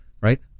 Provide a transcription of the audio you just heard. right